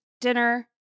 dinner